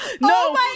No